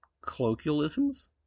colloquialisms